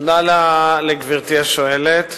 תודה לגברתי השואלת.